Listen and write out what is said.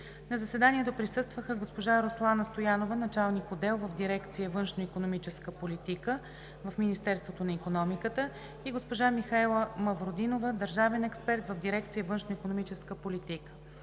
На заседанието присъстваха госпожа Руслана Стоянова – началник-отдел в дирекция „Външноикономическа политика“ в Министерството на икономиката, и госпожа Михаела Мавродинова – държавен експерт в дирекция „Външноикономическа политика“.